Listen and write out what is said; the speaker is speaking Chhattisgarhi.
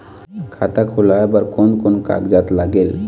खाता खुलवाय बर कोन कोन कागजात लागेल?